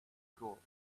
school